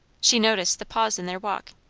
she noticed the pause in their walk,